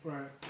Right